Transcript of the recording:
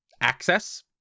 access